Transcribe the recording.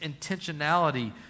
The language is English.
intentionality